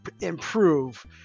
improve